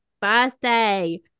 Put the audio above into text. birthday